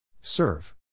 Serve